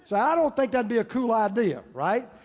so i don't think that'd be a cool idea, right?